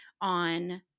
on